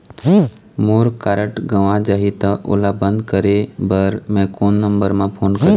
मोर card गंवा जाही त ओला बंद करें बर मैं कोन नंबर म फोन करिह?